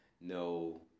No